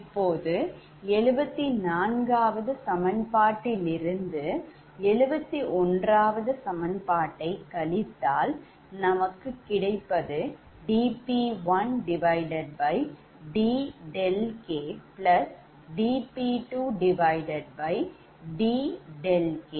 இப்போது 74 சமன்பாட்டில் இருந்தது 71 சமன்பாட்டை கழித்தால் நமக்கு கிடைப்பது dP1dɗkdP2dɗk1 dPLossdPg2dP3dɗk1 dPLossdPg3